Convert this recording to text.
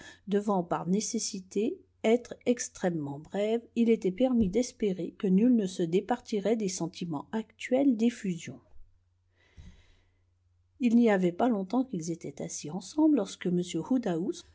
devant par nécessité être extrêmement brève il était permis d'espérer que nul ne se départirait des sentiments actuels d'effusion il n'y avait pas longtemps qu'ils étaient assis ensemble lorsque